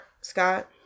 Scott